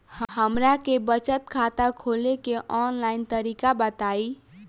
हमरा के बचत खाता खोले के आन लाइन तरीका बताईं?